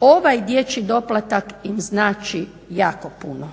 ovaj dječji doplatak im znači jako puno.